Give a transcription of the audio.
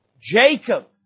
Jacob